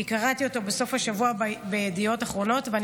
כי קראתי אותו בסוף השבוע בידיעות אחרונות ואני